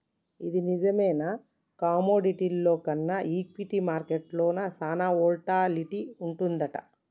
ఇది నిజమేనా కమోడిటీల్లో కన్నా ఈక్విటీ మార్కెట్లో సాన వోల్టాలిటీ వుంటదంటగా